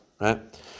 right